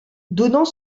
donnant